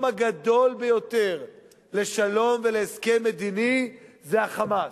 הגדול ביותר לשלום ולהסכם מדיני זה ה"חמאס".